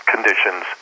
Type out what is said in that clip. Conditions